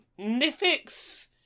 Nifix